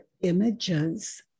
images